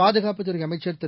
பாதுகாப்புத் துறைஅமைச்சர் திரு